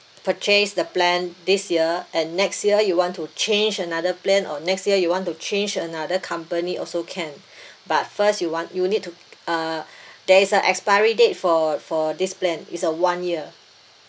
purchase the plan this year and next year you want to change another plan or next year you want to change another company also can but first you want you need to uh there is a expiry date for for this plan is a one year